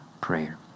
prayer